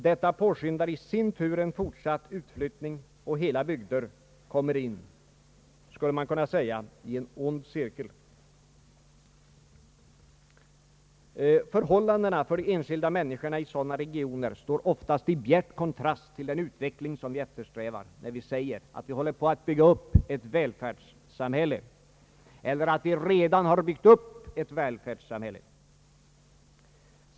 Detta påskyndar i sin tur en fortsatt utflyttning, och hela bygder kommer in i »en ond cirkel». niskorna i sådana regioner står oftast i bjärt kontrast till den utveckling som vi eftersträvar, när vi säger att vi håller på att bygga upp ett välfärdssamhälle.